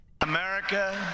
America